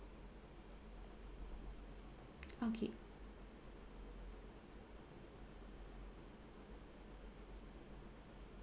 okay